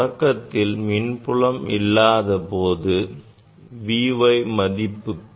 தொடக்கத்தில் மின்புலம் இல்லாத போது V y மதிப்பு 0க்கு சமமாகும்